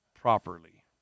properly